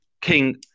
King